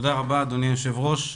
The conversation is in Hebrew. תודה רבה אדוני היושב ראש.